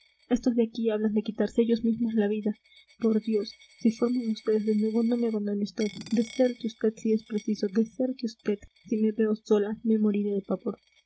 estos de aquí hablan de quitarse ellos mismos la vida por dios si forman vds de nuevo no me abandone vd deserte vd si es preciso deserte vd si me veo sola me moriré de pavor